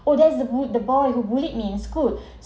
oh that's the boot the boy who bullied me in school